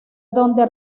donde